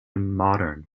modern